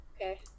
Okay